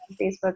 Facebook